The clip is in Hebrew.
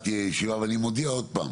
אבל אני מודיע עוד פעם,